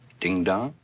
ding-dong?